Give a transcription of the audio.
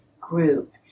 group